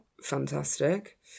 Fantastic